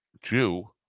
jew